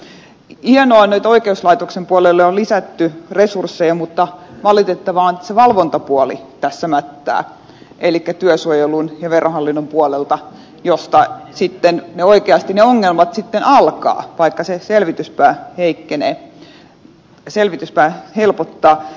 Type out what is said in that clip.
hienoa että nyt oikeuslaitoksen puolelle on lisätty resursseja mutta valitettavaa on että se valvontapuoli tässä mättää elikkä työsuojelun ja verohallinnon puoli josta sitten oikeasti ne ongelmat sitten alkavat vaikka se selvityspää helpottaa